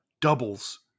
doubles